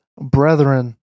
Brethren